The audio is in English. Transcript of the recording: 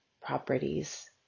properties